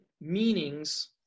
meanings